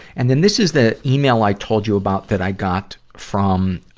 and then this is the email i told you about that i got from,